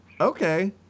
Okay